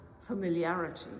Familiarity